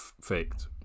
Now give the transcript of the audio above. faked